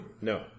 No